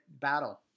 battle